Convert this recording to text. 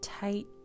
tight